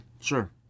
Sure